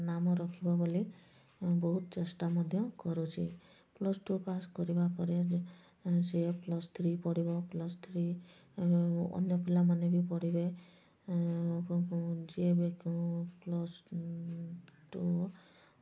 ନାମ ରଖିବ ବୋଲି ବହୁତ ଚେଷ୍ଟା ମଧ୍ୟ କରୁଛି ପ୍ଲସ୍ ଟୁ ପାସ୍ କରିବା ପରେ ସିଏ ପ୍ଲସ୍ ଥ୍ରୀ ପଢ଼ିବ ପ୍ଲସ୍ ଥ୍ରୀ ଅନ୍ୟ ପିଲାମାନେ ବି ପଢ଼ିବେ ଏବଂ ଯିଏ ବି ପ୍ଲସ୍ ଟୁ